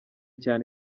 cyane